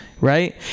right